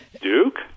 Duke